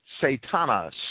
Satanas